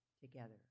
together